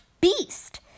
beast